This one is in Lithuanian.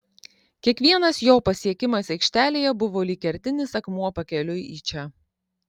kiekvienas jo pasiekimas aikštelėje buvo lyg kertinis akmuo pakeliui į čia